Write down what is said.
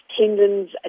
tendons